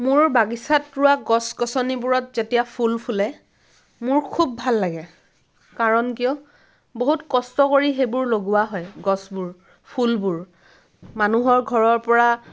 মোৰ বাগিচাত ৰুৱা গছ গছনিবোৰত যেতিয়া ফুল ফুলে মোৰ খুব ভাল লাগে কাৰণ কিয় বহুত কষ্ট কৰি সেইবোৰ লগোৱা হয় গছবোৰ ফুলবোৰ মানুহৰ ঘৰৰ পৰা